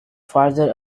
farther